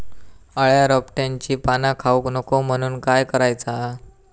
अळ्या रोपट्यांची पाना खाऊक नको म्हणून काय करायचा?